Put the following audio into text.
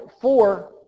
four